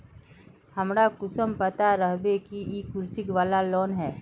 हमरा कुंसम पता रहते की इ कृषि वाला लोन है?